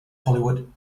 hollywood